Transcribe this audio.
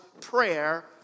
prayer